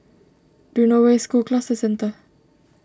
do you know where is School Cluster Centre